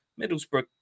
Middlesbrough